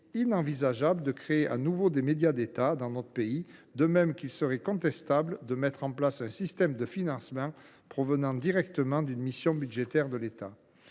inenvisageable de créer de nouveau des médias d’État dans notre pays. De même, il serait contestable d’instaurer un système de financement provenant directement d’une mission budgétaire de l’État.